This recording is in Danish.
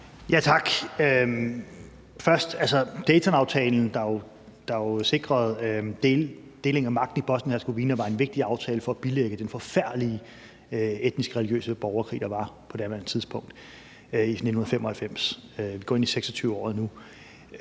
Tak. Daytonaftalen, der jo sikrede en deling af magten i Bosnien-Hercegovina, var en vigtig aftale for at bilægge den forfærdelige etnisk-religiøse borgerkrig, der var på daværende tidspunkt, i 1995. Vi går nu ind i, at der